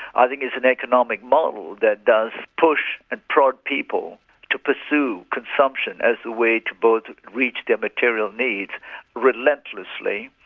i think it's an economic model that does push and prod people to pursue consumption as the way to both reach their material needs relentlessly,